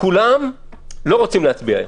כולם לא רוצים להצביע.